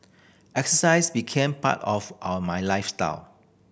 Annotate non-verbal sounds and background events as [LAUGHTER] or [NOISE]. exercise became part of [UNINTELLIGIBLE] my lifestyle